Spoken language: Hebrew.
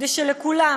כדי שלכולם,